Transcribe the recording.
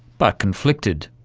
but conflicted.